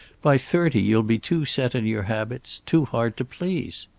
by thirty you'll be too set in your habits, too hard to please.